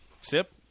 Sip